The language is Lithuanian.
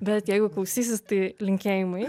bet jeigu klausysis tai linkėjimai